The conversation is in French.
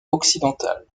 occidentale